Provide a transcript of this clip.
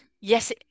yes